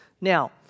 Now